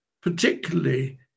particularly